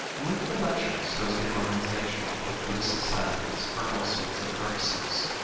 with the lectures goes the organization of buddhist societies for all sorts of purposes.